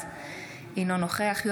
אינו נוכח רון כץ,